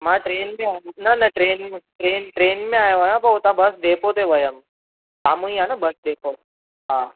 मां ट्रेन में आयो न न ट्रेन में ट्रेन में ट्रेन में आयो आहियां पोइ हुतां बस डेपो ते वयुमि साम्हू ई आहे न बस डेपो हा